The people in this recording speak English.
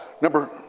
Number